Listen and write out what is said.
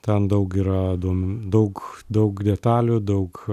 ten daug yra duome daug daug detalių daug